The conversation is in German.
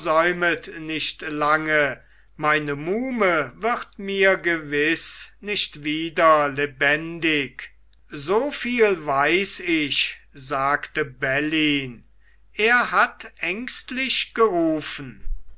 nicht lange meine muhme wird mir gewiß nicht wieder lebendig soviel weiß ich sagte bellyn er hat ängstlich gerufen